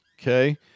Okay